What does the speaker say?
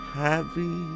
happy